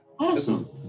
Awesome